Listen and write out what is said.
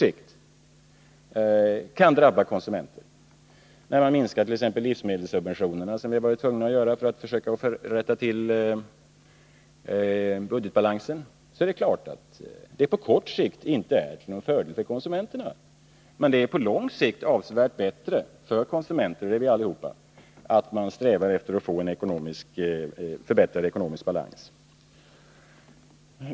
Det gäller t.ex. när man minskar livsmedelssubventionerna, som vi varit tvungna att göra för att försöka rätta till budgetbalansen. Det är klart att detta på kort sikt inte är till fördel för konsumenterna, men det är på lång sikt avsevärt bättre för konsumenterna — och det är vi allihopa — att sträva efter en förbättrad ekonomisk balans.